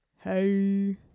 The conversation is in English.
Hey